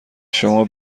شما